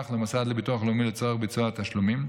למוסד לביטוח לאומי לצורך ביצוע התשלומים,